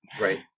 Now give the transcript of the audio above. Right